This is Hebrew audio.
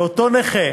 ואותו נכה,